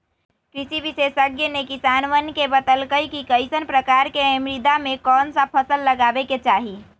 कृषि विशेषज्ञ ने किसानवन के बतल कई कि कईसन प्रकार के मृदा में कौन सा फसल लगावे के चाहि